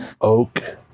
oak